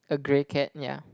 a grey cat ya